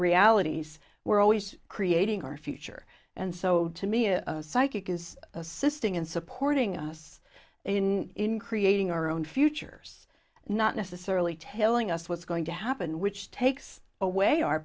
realities we're always create being our future and so to me a psychic is assisting in supporting us in in creating our own futures not necessarily telling us what's going to happen which takes away our